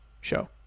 show